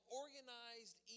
organized